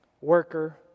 worker